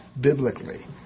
biblically